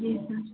जी sir